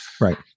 Right